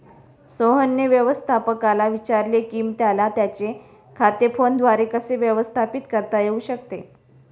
सोहनने व्यवस्थापकाला विचारले की त्याला त्याचे खाते फोनद्वारे कसे व्यवस्थापित करता येऊ शकते